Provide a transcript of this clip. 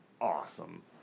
Awesome